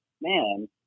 man